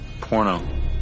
porno